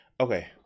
okay